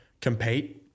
compete